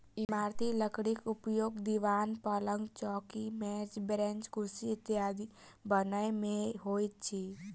इमारती लकड़ीक उपयोग दिवान, पलंग, चौकी, मेज, बेंच, कुर्सी इत्यादि बनबय मे होइत अछि